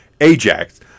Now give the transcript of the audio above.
ajax